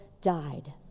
died